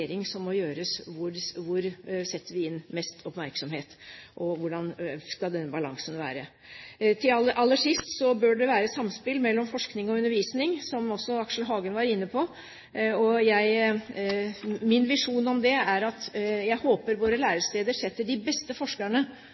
som må gjøres, hvor vi setter inn mest oppmerksomhet, og hvordan skal denne balansen være. Aller sist: Det bør være samspill mellom forskning og undervisning, som også Aksel Hagen var inne på. Min visjon om det er at våre læresteder – forhåpentligvis – setter de beste forskerne